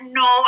no